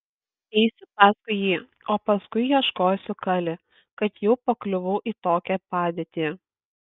eisiu paskui jį o paskui ieškosiu kali kad jau pakliuvau į tokią padėtį